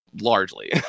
largely